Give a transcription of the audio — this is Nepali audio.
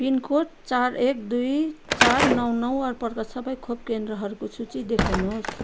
पिनकोड चार एक दुई चार नौ नौ वरपरका सबै खोप केन्द्रहरूको सूची देखाउनुहोस्